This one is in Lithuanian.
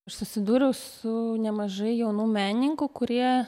aš susidūriau su nemažai jaunų menininkų kurie